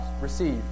receive